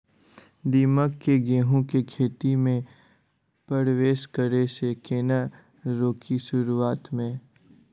दीमक केँ गेंहूँ केँ खेती मे परवेश करै सँ केना रोकि शुरुआत में?